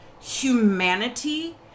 humanity